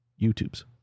YouTubes